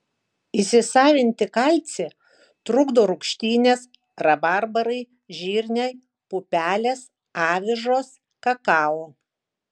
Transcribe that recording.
įsisavinti kalcį trukdo rūgštynės rabarbarai žirniai pupelės avižos kakao